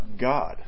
God